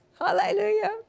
hallelujah